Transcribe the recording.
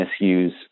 misuse